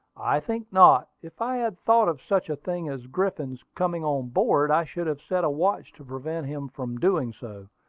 i think not. if i had thought of such a thing as griffin's coming on board, i should have set a watch to prevent him from doing so.